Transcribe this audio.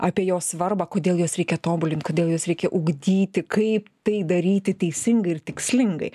apie jo svarbą kodėl juos reikia tobulint kodėl juos reikia ugdyti kaip tai daryti teisingai ir tikslingai